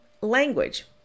language